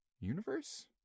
universe